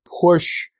push